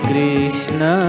Krishna